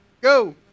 go